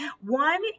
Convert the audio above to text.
One